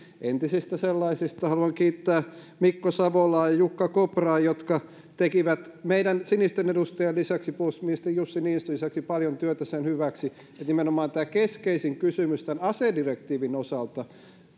entisistä sellaisista haluan kiittää mikko savolaa ja jukka kopraa jotka tekivät meidän sinisten edustajan puolustusministeri jussi niinistön lisäksi paljon työtä sen hyväksi että nimenomaan tämä keskeisin kysymys asedirektiivin osalta